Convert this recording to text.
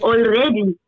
Already